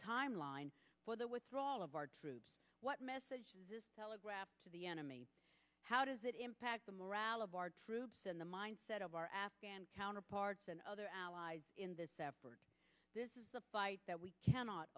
timeline for the withdrawal of our troops telegraph to the enemy how does it impact the morale of our troops and the mindset of our afghan counterparts and other allies in this effort this is the fight that we cannot